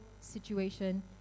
situation